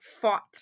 fought